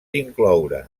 incloure